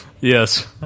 Yes